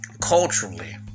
culturally